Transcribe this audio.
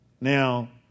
Now